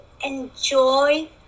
Enjoy